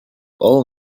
all